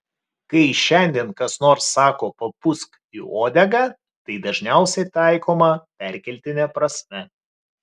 kai šiandien kas nors sako papūsk į uodegą tai dažniausiai taikoma perkeltine prasme